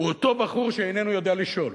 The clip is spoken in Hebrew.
הוא אותו בחור שאיננו יודע לשאול.